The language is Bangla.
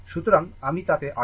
সুতরাং আমি তাতে আসব